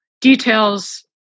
details